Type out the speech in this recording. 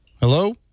Hello